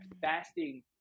fasting